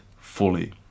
fully